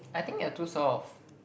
I think you're too soft